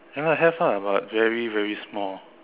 ya lah have ah but very very small